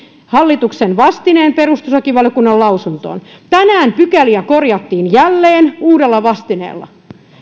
hallituksen vastineen perustuslakivaliokunnan lausuntoon tänään pykäliä korjattiin jälleen uudella vastineella